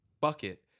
bucket